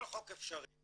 כל חוק אפשרי.